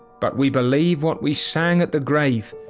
but we believe what we sang at the grave,